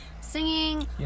singing